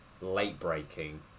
late-breaking